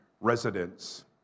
residents